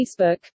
Facebook